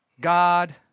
God